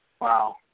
Wow